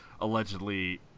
allegedly